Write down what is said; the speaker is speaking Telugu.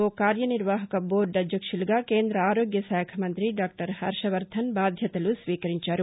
వో కార్యనిర్వాహక బోర్డు అధ్యక్షులుగా కేంద్ర ఆరోగ్య శాఖ మంత్రి డాక్టర్ హర్టవర్లన్ బాధ్యతలు స్వీకరించారు